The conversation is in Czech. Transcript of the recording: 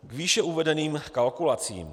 K výše uvedeným kalkulacím.